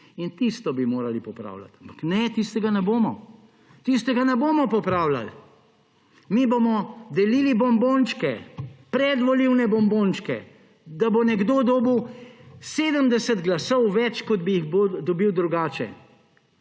in tisto bi morali popravljati. Ampak ne, tistega ne bomo popravljali. Mi bomo delili bombončke, predvolilne bombončke, da bo nekdo dobil 70 glasov več, kot bi jih dobil drugače.